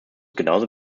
genauso